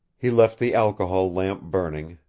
he left the alcohol lamp burning,